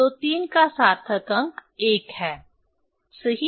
तो 3 का सार्थक अंक 1 है सही